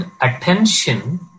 attention